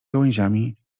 gałęziami